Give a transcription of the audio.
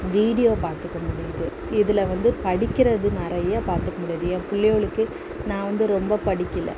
video பார்த்துக்க முடியுது இதில் வந்து படிக்கிறது நிறையா பார்த்துக்க முடியுது என் பிள்ளையோளுக்கு நான் வந்து ரொம்ப படிக்கல